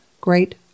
Great